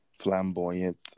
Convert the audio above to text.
flamboyant